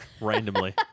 Randomly